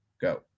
go